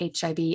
HIV